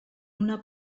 una